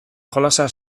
jolasa